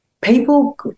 People